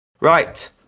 Right